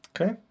okay